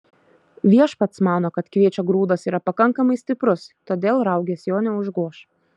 viešpats mano kad kviečio grūdas yra pakankamai stiprus todėl raugės jo neužgoš